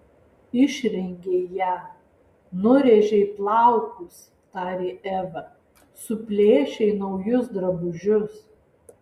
išrengei ją nurėžei plaukus tarė eva suplėšei naujus drabužius